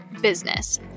business